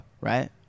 Right